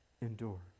endure